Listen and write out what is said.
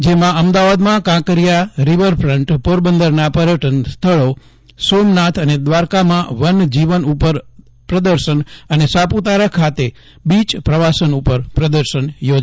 જેમાં અમદાવાદમાં કાંકરીયા રીવરફ્રન્ટ પોરબંદરના પર્યટન સ્થળો સોમનાથ અને દ્વારકામાં વન જીવન ઉપર પ્રદર્શન અને સાપુતારા ખાતે બીચ પ્રવાસન ઉપર પ્રદર્શન યોજાશે